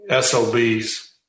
SOBs